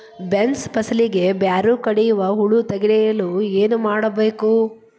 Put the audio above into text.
Beans ಫಸಲಿಗೆ ಬೇರು ಕಡಿಯುವ ಹುಳು ತಡೆಯಲು ಏನು ಮಾಡಬೇಕು?